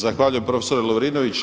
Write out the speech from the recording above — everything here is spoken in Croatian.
Zahvaljujem profesoru Lovrinoviću.